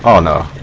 um santa